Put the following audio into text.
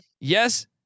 Yes